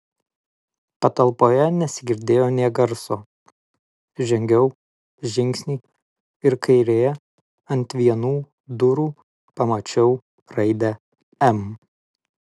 patalpoje nesigirdėjo nė garso žengiau žingsnį ir kairėje ant vienų durų pamačiau raidę m